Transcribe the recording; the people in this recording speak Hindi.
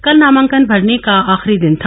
कल नामांकन भरने का आखिरी दिन था